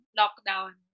lockdown